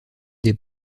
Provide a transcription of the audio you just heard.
des